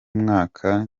mwaka